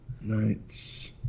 Nights